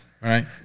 Right